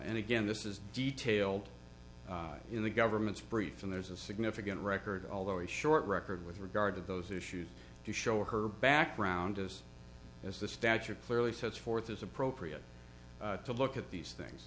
and again this is detailed in the government's brief and there's a significant record although it's short record with regard to those issues to show her background as as the stature clearly sets forth as appropriate to look at these things